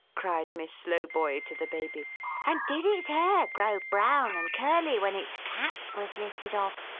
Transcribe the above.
cried miss slowboy to the baby and did its hair grow brown and curly, when its caps was lifted off,